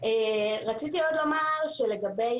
לגבי